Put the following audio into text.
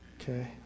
Okay